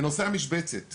בנושא המשבצת